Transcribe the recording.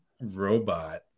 robot